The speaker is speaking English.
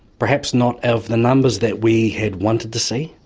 perhaps not of the numbers that we had wanted to see,